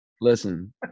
Listen